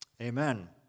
Amen